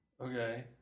Okay